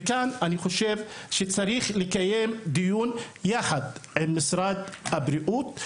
אני חושב שצריך לקיים כאן דיון יחד עם משרד הבריאות.